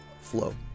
flow